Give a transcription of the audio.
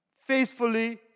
faithfully